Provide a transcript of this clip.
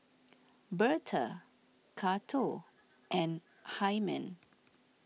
Bertha Cato and Hyman